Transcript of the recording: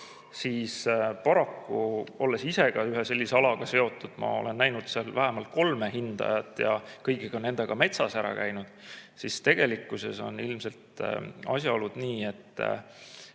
Paraku, olles ise ka ühe sellise alaga seotud, ma olen näinud seal vähemalt kolme hindajat ja kõigi nendega metsas ära käinud [ja saan öelda, et] tegelikkuses on ilmselt asjaolud nii, et